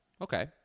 Okay